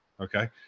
Okay